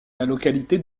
localité